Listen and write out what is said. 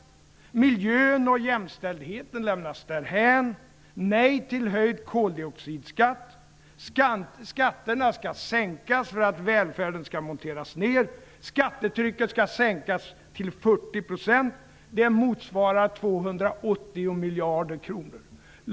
Miljön och jämställdheten lämnas därhän. Man säger nej till höjd koldioxidskatt. Skatterna skall sänkas därför att välfärden skall monteras ner. Skattetrycket skall sänkas till 40 %. Det motsvarar 280 miljarder kronor.